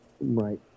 Right